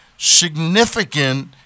significant